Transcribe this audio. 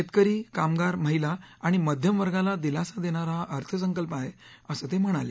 शेतकरी कामगार महिला आणि मध्यमवर्गाला दिलासा देणारा हा अर्थसंकल्प आहे असं ते म्हणाले